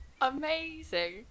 Amazing